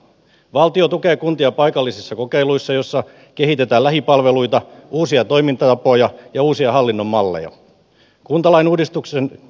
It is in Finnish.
valtio tukee kuntia paikallisissa kokeiluissa joissa kehitetään lähipalveluita uusia toimintatapoja ja uusia hallinnon malleja